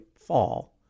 Fall